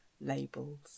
labels